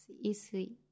easily